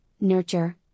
nurture